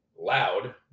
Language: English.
loud